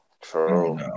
True